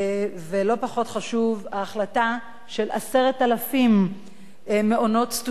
לא פחות חשוב, ההחלטה על 10,000 מעונות סטודנטים.